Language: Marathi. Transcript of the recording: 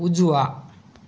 उजवा